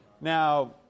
Now